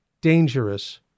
dangerous